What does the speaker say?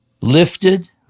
lifted